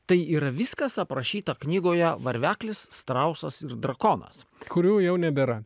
tai yra viskas aprašyta knygoje varveklis strausas ir drakonas kurių jau nebėra